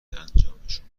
انجامشون